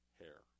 hair